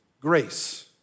grace